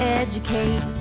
educate